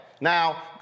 Now